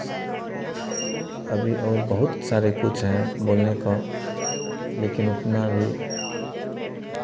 अभी और बहुत सारे कुछ हैं बोलने को लेकिन उतना अभी